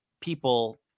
people